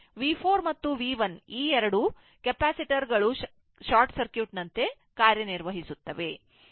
V 4 ಮತ್ತು V 1 ಈಎರಡೂ capacitor ಗಳು ಶಾರ್ಟ್ ಸರ್ಕ್ಯೂಟ್ ನಂತೆ ಕಾರ್ಯನಿರ್ವಹಿಸುತ್ತವೆ